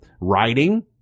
writing